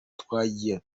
twagiye